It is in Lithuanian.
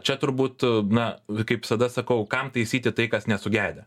čia turbūt na kaip visada sakau kam taisyti tai kas nesugedę